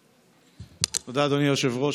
תודה, אדוני היושב-ראש.